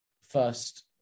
first